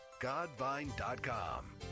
Godvine.com